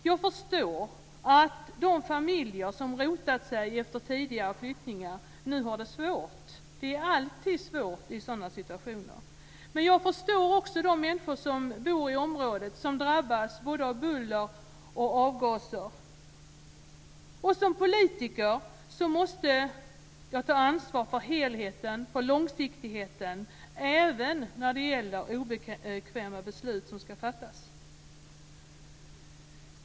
Jag förstår att de familjer som efter tidigare flyttningar rotat sig nu har det svårt - det är alltid svårt i sådana situationer. Men jag förstår också de människor som bor i området och som drabbas av både buller och avgaser. Som politiker måste jag ta ansvar för helheten och för långsiktigheten, även när obekväma beslut ska fattas.